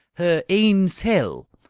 her ain sel'!